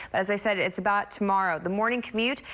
as i said, it's about tomorrow. the morning commute,